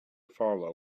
follow